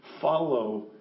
follow